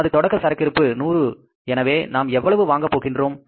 நமது தொடக்க சரக்கிருப்பு 100 எனவே நாம் எவ்வளவு வாங்க போகின்றோம்